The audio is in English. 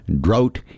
drought